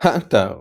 האתר